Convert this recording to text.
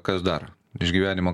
kas dar išgyvenimo